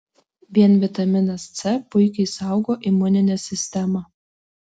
vien vitaminas c puikiai saugo imuninę sistemą